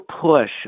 push